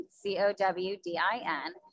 C-O-W-D-I-N